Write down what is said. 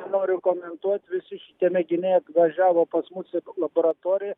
nenoriu komentuot visi šitie mėginiai atvažiavo pas mus į laboratoriją